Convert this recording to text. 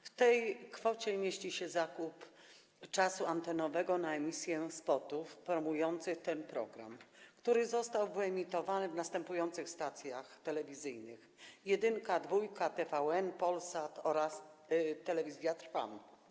W tej kwocie mieści się zakup czasu antenowego na emisję spotów promujących ten program, który został wyemitowany w następujących stacjach telewizyjnych: Jedynka, Dwójka, TVN, Polsat oraz Telewizja Trwam.